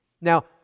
Now